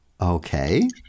Okay